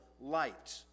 light